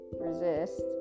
resist